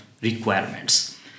requirements